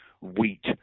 wheat